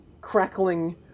crackling